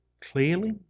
clearly